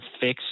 fix